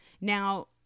Now